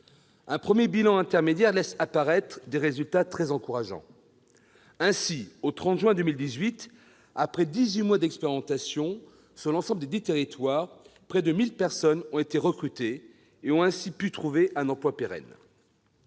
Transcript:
Un premier bilan intermédiaire laisse apparaître des résultats très encourageants. Ainsi, au 30 juin dernier, après dix-huit mois d'expérimentation, sur l'ensemble des dix territoires, près de 1 000 personnes ont été recrutées sur un emploi pérenne.